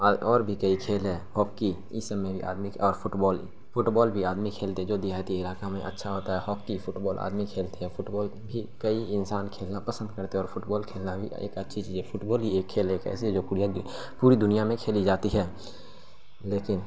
اور بھی کئی کھیل ہے ہاکی اس سب میں بھی آدمی اور فٹ بال فٹ بال بھی آدمی کھیلتے جو دیہاتی علاقہ میں اچھا ہوتا ہے ہاکی فٹ بال آدمی کھیلتے ہیں فٹ بال بھی کئی انسان کھیلنا پسند کرتے ہیں اور فٹ بال کھیلنا بھی ایک اچھی چیز ہے فٹ بال ہی ایک کھیل ہے کہ ایسے جو پوری دنیا میں کھیلی جاتی ہے لیکن